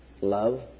Love